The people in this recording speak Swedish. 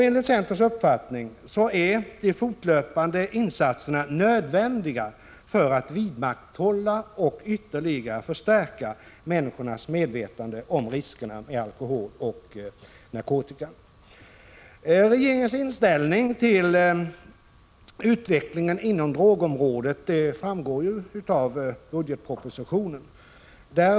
Enligt centerns uppfattning är de fortlöpande insatserna nödvändiga för att vidmakthålla och ytterligare förstärka människornas medvetande om riskerna med alkohol och narkotika. Regeringens inställning till utvecklingen inom drogområdet framgår av budgetpropositionen.